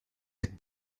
had